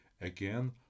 again